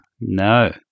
No